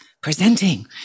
presenting